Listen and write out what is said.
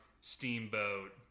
Steamboat